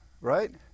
right